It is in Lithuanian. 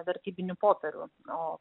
vertybinių popierių o